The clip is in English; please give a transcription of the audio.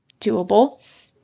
doable